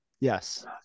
Yes